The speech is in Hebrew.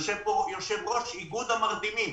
יושב פה יושב-ראש איגוד המרדימים